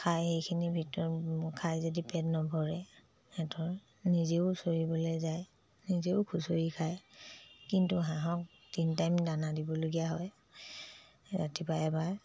খায় সেইখিনি ভিতৰত খাই যদি পেট নভৰে সিহঁতৰ নিজেও চৰিবলৈ যায় নিজেও খুঁচৰি খায় কিন্তু হাঁহক তিনি টাইম দানা দিবলগীয়া হয় ৰাতিপুৱা এবাৰ